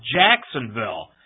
Jacksonville